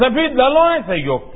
सभी दलों ने सहयोग किया